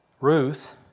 Ruth